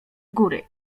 góry